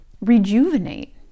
rejuvenate